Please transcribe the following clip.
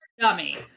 dummy